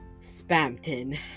Spamton